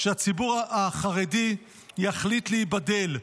שהציבור החרדי יחליט להיבדל,